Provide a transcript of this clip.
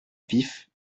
vif